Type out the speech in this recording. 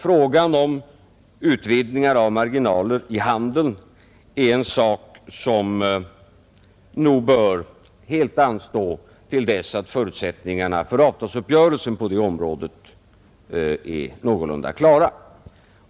Frågan om utvidgningar av marginaler i handeln är en sak som nog bör helt anstå till dess att förutsättningarna för avtalsuppgörelsen på området är någorlunda klara.